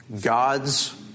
God's